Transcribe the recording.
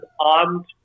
armed